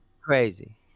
Crazy